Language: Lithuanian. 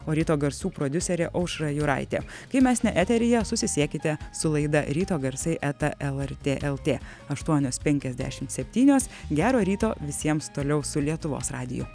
o ryto garsų prodiuserė aušra juraitė kai mes ne eteryje susisiekite su laida ryto garsai eta lrt lt aštuonios penkiasdešimt septynios gero ryto visiems toliau su lietuvos radiju